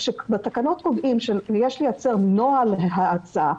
כאשר בתקנות קובעים שיש לייצר נוהל להאצה,